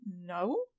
no